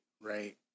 Right